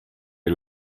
est